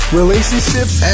relationships